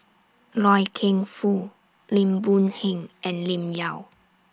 Loy Keng Foo Lim Boon Heng and Lim Yau